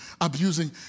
abusing